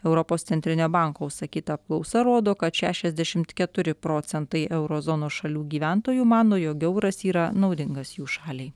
europos centrinio banko užsakyta apklausa rodo kad šešiasdešimt keturi procentai euro zonos šalių gyventojų mano jog euras yra naudingas jų šaliai